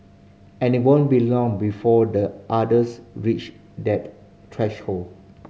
and it won't be too long before the otters reach that threshold